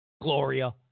Gloria